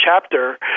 chapter